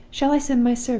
shall i send my servant?